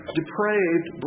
depraved